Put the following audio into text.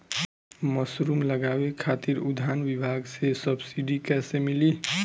Mushroom लगावे खातिर उद्यान विभाग से सब्सिडी कैसे मिली?